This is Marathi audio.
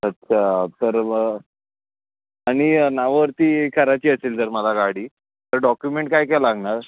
अच्छा तर मग आणि नावावरती करायची असेल मला जर गाडी तर डॉक्युमेंट काय काय लागणार